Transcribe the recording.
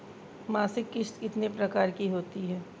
मासिक किश्त कितने प्रकार की होती है?